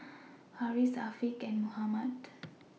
Harris Afiq and Muhammad